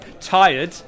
tired